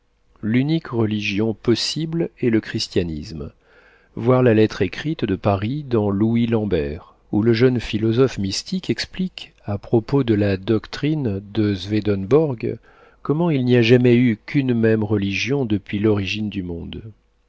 l'unique religion possible est le christianisme voir la lettre écrite de paris dans louis lambert où le jeune philosophe mystique explique à propos de la doctrine de swedenborg comment il n'y a jamais eu qu'une religion depuis l'origine du monde